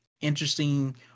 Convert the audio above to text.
interesting